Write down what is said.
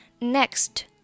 Next